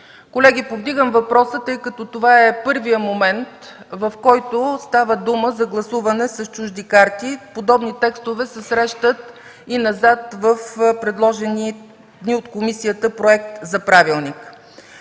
Колеги, повдигам въпроса, защото това е първият момент, в който става дума за гласуване с чужди карти. Подобни текстове се срещат и назад в предложения ни от комисията проект за правилник.